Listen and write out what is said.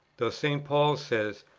though st. paul says,